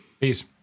Peace